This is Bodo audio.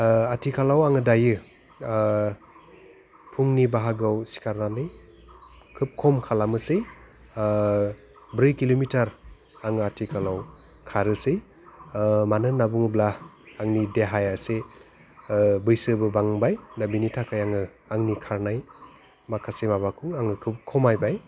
आथिखालाव आङो दायो फुंनि बाहागोआव सिखारनानै खोब खम खालामोसै ब्रै किल'मिटार आङो आथिखालाव खारोसै मानो होननानै बुङोब्ला आंनि देहायासो बैसोबो बांबाय दा बेनि थाखाय आङो आंनि खारनाय माखासे माबाखौ आङो खोब खमायबाय